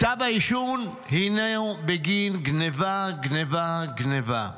כתב האישום הינו בגין גנבה, גנבה, גנבה.